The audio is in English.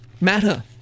matter